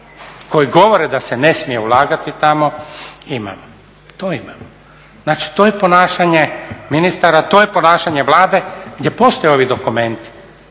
koji govore da se ne smije ulagati tamo imamo, to imamo. Znači, to je ponašanje ministara, to je ponašanje Vlade gdje postoje ovi dokumenti